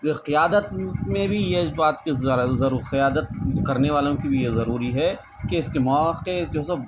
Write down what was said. یہ قیادت میں بھی یہ بات کی ذرا ضرور قیادت کرنے والوں کی بھی یہ ضروری ہے کہ اس کے مواقع جو ہے سو